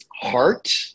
heart